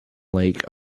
lake